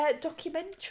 documentary